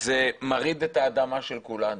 זה מרעיד את האדמה של כולנו.